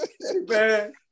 man